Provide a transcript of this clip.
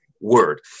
word